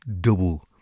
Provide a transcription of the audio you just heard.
double